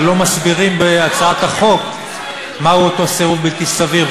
אבל לא מוסבר בהצעת החוק מהו אותו סירוב בלתי סביר.